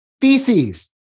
feces